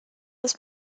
was